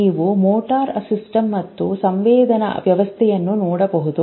ನೀವು motor system ಮತ್ತು ಸಂವೇದನಾ ವ್ಯವಸ್ಥೆಯನ್ನು ನೋಡಬಹುದು